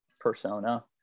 persona